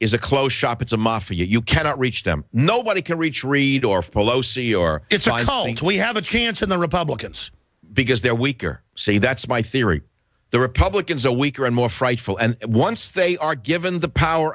is a close shop it's a mafia you cannot reach them nobody can reach read or follow see or think we have a chance in the republicans because they're weaker say that's my theory the republicans are weaker and more frightful and once they are given the power